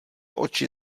oči